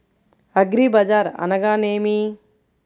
అగ్రిబజార్ అనగా నేమి?